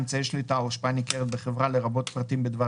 אמצעי שליטה או השפעה ניכרת בחברה לרבות פרטים בדבר